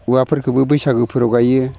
औवाफोरखौबो बैसागोफोराव गायो